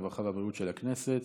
הרווחה והבריאות של הכנסת.